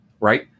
Right